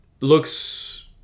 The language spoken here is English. looks